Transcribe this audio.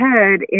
ahead